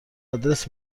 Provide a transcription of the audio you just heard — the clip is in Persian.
آدرس